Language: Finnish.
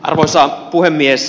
arvoisa puhemies